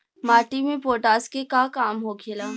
माटी में पोटाश के का काम होखेला?